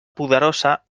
poderosa